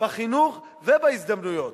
בחינוך ובהזדמנויות.